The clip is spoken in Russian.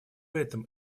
этом